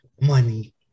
money